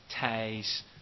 ties